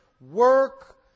work